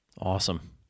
Awesome